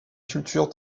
culture